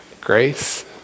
Grace